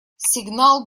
сигнал